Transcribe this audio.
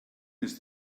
ist